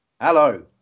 Hello